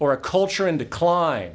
or a culture in decline